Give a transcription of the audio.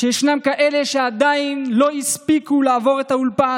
שישנם כאלה שעדיין לא הספיקו לעבור את האולפן.